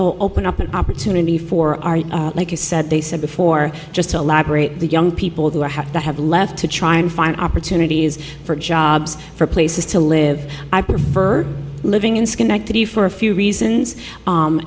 open up an opportunity for our like he said they said before just to elaborate the young people who have to have left to try and find opportunities for jobs for places to live i prefer living in schenectady for a few reasons